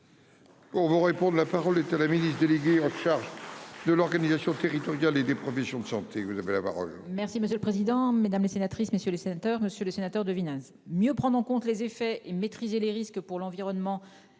On vous répond de la parole est à la ministre déléguée en charge de l'organisation territoriale et des professions de santé que vous avez la parole. Merci monsieur le président, mesdames les sénatrices messieurs les sénateurs, Monsieur le Sénateur de Villeneuve mieux prendre en compte les effets et maîtriser les risques pour l'environnement.